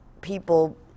people